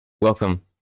Welcome